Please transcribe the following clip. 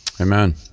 amen